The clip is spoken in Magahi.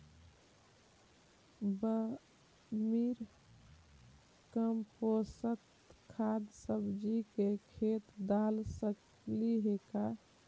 वर्मी कमपोसत खाद सब्जी के खेत दाल सकली हे का?